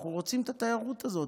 אנחנו רוצים את התיירות הזאת.